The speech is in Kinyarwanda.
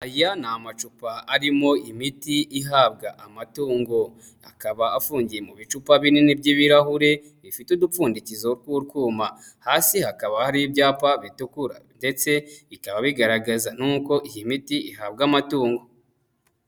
Aya ni amacupa arimo imiti ihabwa amatungo, akaba afungiye mu bicupa binini by'ibirahuri bifite udupfundikizo tw'urwuma, hasi hakaba hariho ibyapa bitukura ndetse bikaba bigaragaza n'uko iyi miti ihabwa amatungo.